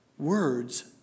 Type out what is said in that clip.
Words